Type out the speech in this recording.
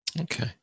okay